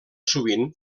sovint